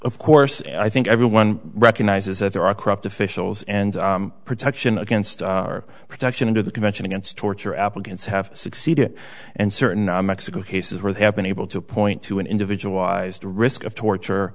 of course i think everyone recognizes that there are corrupt officials and protection against our protection under the convention against torture applicants have succeeded and certain mexico cases where they have been able to point to an individual risk of torture